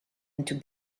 into